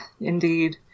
indeed